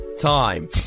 time